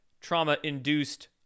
trauma-induced